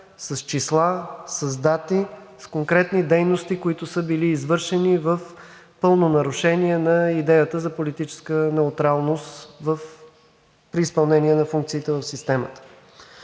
с числа, с дати, с конкретни дейности, които са били извършени в пълно нарушение на идеята за политическа неутралност при изпълнение на функциите в системата.